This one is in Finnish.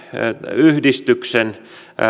yhdistyksen